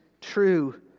true